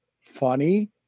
funny